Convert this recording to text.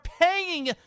paying